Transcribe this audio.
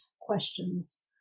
questions